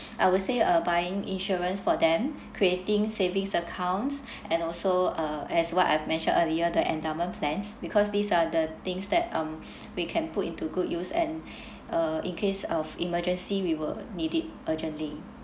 I would say uh buying insurance for them creating savings accounts and also uh as what I've mentioned earlier the endowment plans because these are the things that um we can put into good use and uh in case of emergency we will needed urgently